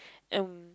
and